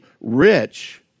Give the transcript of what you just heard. rich